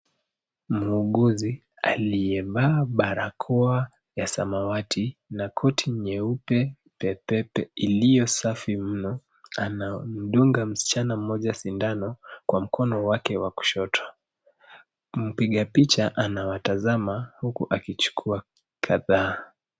Muuguzi aliyevaa barakoa ya samawati na koti nyeupe pepepe! iliyosafi mno. Anamdunga msichana mmoja sindano kwa mkono wake wa kushoto. Mpiga picha anawatazama huku akichukua kadhaa.